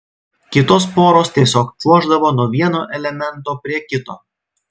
kitos poros tiesiog čiuoždavo nuo vieno elemento prie kito